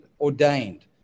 ordained